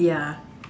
ya